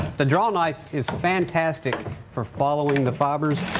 the drawknife is fantastic for following the fibers.